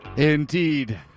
Indeed